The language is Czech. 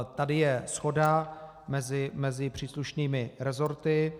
Tady je shoda mezi příslušnými resorty.